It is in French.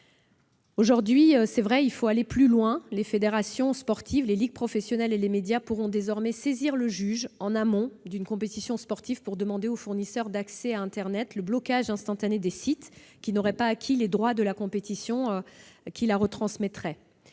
Aujourd'hui, il faut aller plus loin. Les fédérations sportives, les ligues professionnelles et les médias pourront désormais saisir le juge en amont d'une compétition sportive pour demander aux fournisseurs d'accès à internet le blocage instantané des sites qui retransmettraient la compétition sans en